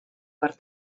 per